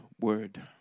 word